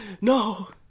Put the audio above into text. no